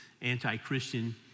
anti-Christian